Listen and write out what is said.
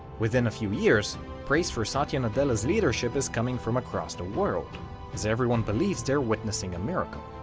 within a few years praise for satya nadella's leadership is coming from across the world as everyone believes they're witnessing a miracle.